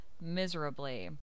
miserably